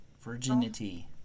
Virginity